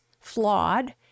flawed